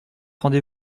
rendez